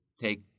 take